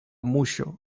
muŝo